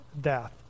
death